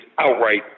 outright